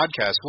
podcast